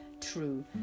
true